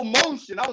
motion